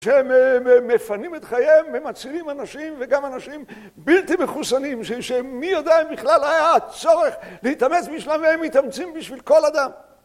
שהם מפנים את חייהם, מצילים אנשים וגם אנשים בלתי מחוסנים שמי יודע אם בכלל היה הצורך להתאמץ בשבילם והם מתאמצים בשביל כל אדם